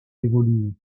évolué